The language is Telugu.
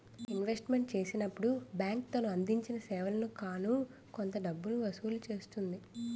ఇన్వెస్ట్మెంట్ చేసినప్పుడు బ్యాంక్ తను అందించిన సేవలకు గాను కొంత డబ్బును వసూలు చేస్తుంది